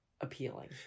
appealing